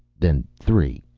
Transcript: then three.